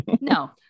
No